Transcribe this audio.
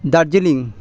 Darjeeling